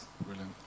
Brilliant